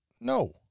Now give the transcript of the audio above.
No